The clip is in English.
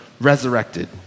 resurrected